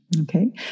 okay